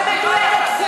שמיועדת,